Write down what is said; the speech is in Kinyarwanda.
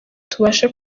tubashe